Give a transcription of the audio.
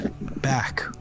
back